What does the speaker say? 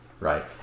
Right